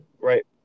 Right